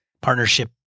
partnership